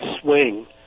swing